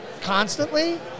constantly